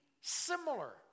similar